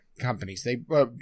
companies—they